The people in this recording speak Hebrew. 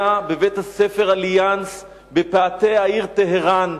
בבית-הספר "אליאנס" בפאתי העיר טהרן.